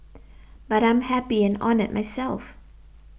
but I'm happy and honoured myself